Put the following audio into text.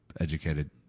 educated